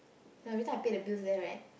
every time I pay the bills there right